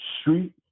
street